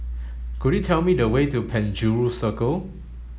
could you tell me the way to Penjuru Circle